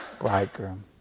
bridegroom